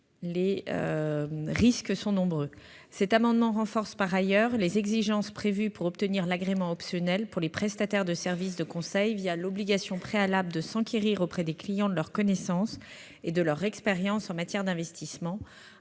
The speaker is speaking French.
les risques sont nombreux. Par ailleurs, cet amendement tend à renforcer les exigences prévues pour obtenir l'agrément optionnel pour les prestataires de services de conseil, l'obligation préalable de s'enquérir auprès des clients de leurs connaissances et de leur expérience en matière d'investissements,